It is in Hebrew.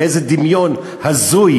מאיזה דמיון הזוי